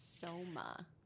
Soma